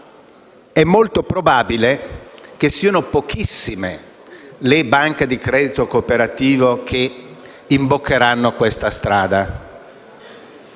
è molto probabile che siano pochissime le banche di credito cooperativo che imboccheranno questa strada,